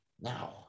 Now